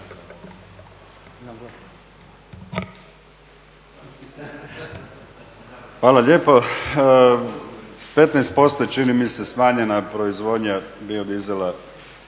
Hvala lijepo. 15% je čini mi se smanjena proizvodnja biodizela